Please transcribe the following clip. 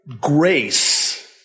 grace